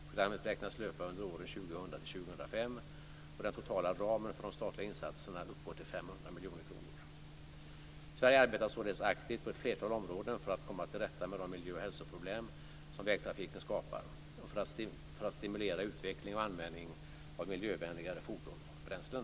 Programmet beräknas löpa under åren 2000-2005, och den totala ramen för de statliga insatserna uppgår till 500 miljoner kronor. Sverige arbetar således aktivt på ett flertal områden för att komma till rätta med de miljö och hälsoproblem som vägtrafiken skapar och för att stimulera utveckling och användning av miljövänligare fordon och bränslen.